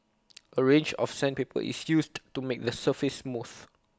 A range of sandpaper is used to make the surface smooth